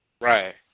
Right